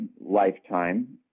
lifetime